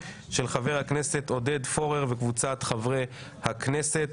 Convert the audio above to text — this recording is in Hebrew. של חבר הכנסת עודד פורר וקבוצת חברי הכנסת.